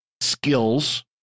skills